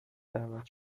دعوت